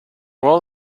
roll